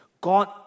God